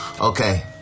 Okay